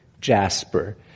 Jasper